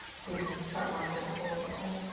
so you can start lining up and we'll get going.